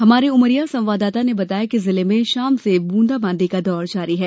हमारे उमरिया संवाददाता ने बताया है कि जिले में शाम से बूंदाबांदी का दौर जारी है